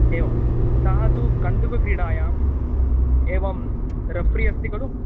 एवं सः तु कन्दुकक्रीडायाम् एवं रेफ़्री अस्ति खलु